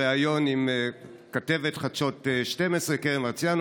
בריאיון עם כתבת חדשות 12 קרן מרציאנו.